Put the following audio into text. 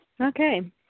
Okay